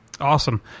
Awesome